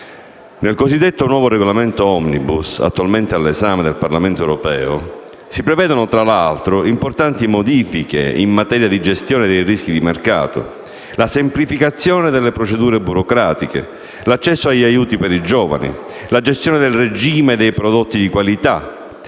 Nel cosiddetto nuovo regolamento *omnibus*, attualmente all'esame del Parlamento europeo, si prevedono tra l'altro importanti modifiche in materia di gestione dei rischi di mercato, la semplificazione delle procedure burocratiche, l'accesso agli aiuti per i giovani, la gestione del regime dei prodotti di qualità,